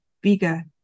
bigger